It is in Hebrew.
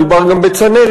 מדובר גם בצנרת,